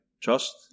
trust